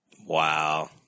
Wow